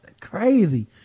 crazy